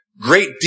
great